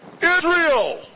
Israel